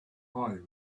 eye